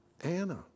Anna